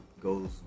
goes